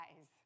eyes